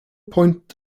point